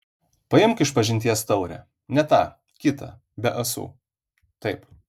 paimk išpažinties taurę ne tą kitą be ąsų taip